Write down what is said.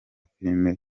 filime